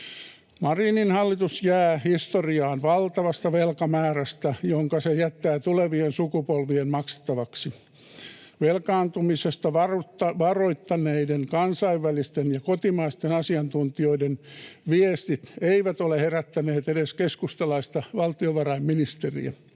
Marinin hallitus jää historiaan valtavasta velkamäärästä, jonka se jättää tulevien sukupolvien maksettavaksi. Velkaantumisesta varoittaneiden kansainvälisten ja kotimaisten asiantuntijoiden viestit eivät ole herättäneet edes keskustalaista valtiovarainministeriä.